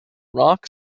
rock